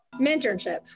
Mentorship